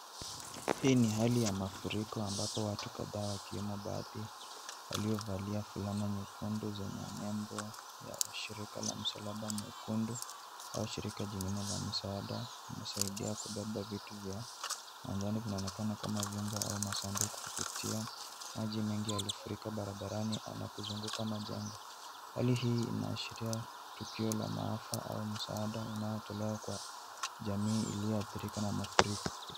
Hii ni hali ya mafuriko ambapo watu kadhaa wakiwemo baadhi waliovalia fulana nyekundu zenye nembo ya shirika la msalaba mwekundu au shirika jingine la msaada wamesaidia kubeba vitu vya angani vinonekana kama vyumba au masunduku kupitia maji mengi yaliyofurika barabarani na kuzunguka majengo. Hali hii inaashiria tukio la maafa au msaada unaotolewa kwa jamii iliyoathirika na mafuriko.